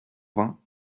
vingt